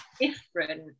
Different